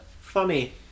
Funny